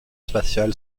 spatial